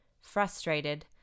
Frustrated